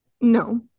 No